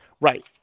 right